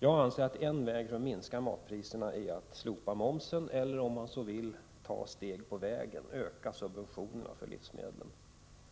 Jag anser att en väg att sänka matpriserna är att slopa momsen, eller om man så vill ta steg på vägen genom att öka subventionerna för livsmedlen.